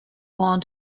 want